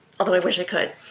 although i wish i could.